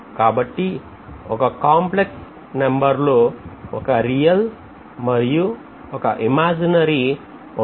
కాబట్టి ఒక కాంప్లెక్స్ నెంబర్లో ఒక రియల్ మరియు ఒక ఇమాజినరీ ఉంటాయి